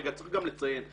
צריך גם לציין,